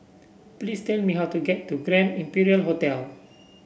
please tell me how to get to Grand Imperial Hotel